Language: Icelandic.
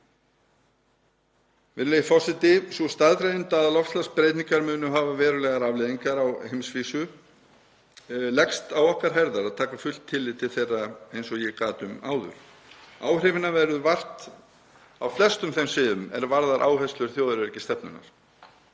Virðulegi forseti. Það er staðreynd að loftslagsbreytingar munu hafa verulegar afleiðingar á heimsvísu og leggst á okkar herðar að taka fullt tillit til þeirra eins og ég gat um áður. Áhrifanna verður vart á flestum þeim sviðum er varða áherslur þjóðaröryggisstefnunnar.